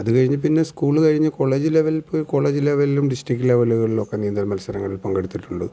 അതു കഴിഞ്ഞ് പിന്നെ സ്കൂള് കഴിഞ്ഞ് കോളേജ് ലെവൽ പോയി കോളജ് ലെവലിലും ഡിസ്ട്രിക്റ്റ് ലെവലുകളിലൊക്കെ നീന്തൽ മത്സരങ്ങളിൽ പങ്കെടുത്തിട്ടുണ്ട്